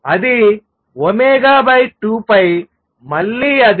అది 2π మళ్లీ అది